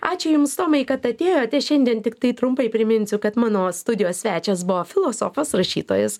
ačiū jums tomai kad atėjote šiandien tiktai trumpai priminsiu kad mano studijos svečias buvo filosofas rašytojas